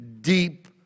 deep